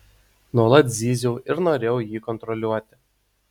nuolat zyziau ir norėjau jį kontroliuoti